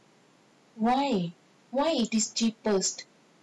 why why is this cheapest